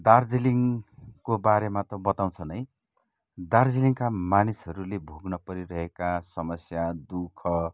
दार्जिलिङको बारेमा त बताउँछ नै दार्जिलिङका मानिसहरूले भोग्न परिरहेका समस्या दुःख